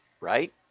right